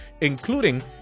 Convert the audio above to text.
including